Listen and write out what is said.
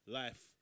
life